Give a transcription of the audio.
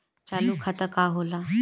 चालू खाता का होला?